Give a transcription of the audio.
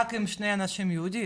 רק אם שני אנשים יהודים.